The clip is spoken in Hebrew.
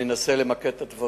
אני אנסה למקד את הדברים.